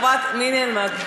מי נעלמה?